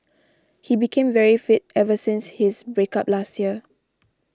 he became very fit ever since his break up last year